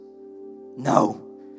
No